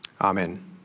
Amen